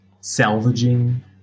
salvaging